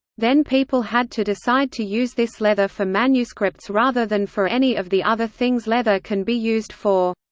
then people had to decide to use this leather for manuscripts rather than for any of the other things leather can be used for.